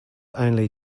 only